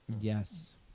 Yes